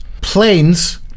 Planes